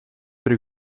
при